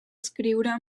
escriure